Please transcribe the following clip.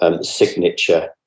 signature